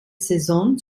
saison